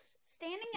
standing